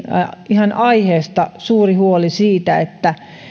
ihan aiheesta suuri huoli siitä että